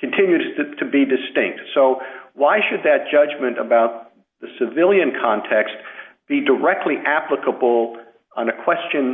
continues to be distinct so why should that judgment about the civilian context be directly applicable on the question